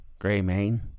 Greymane